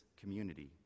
community